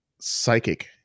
psychic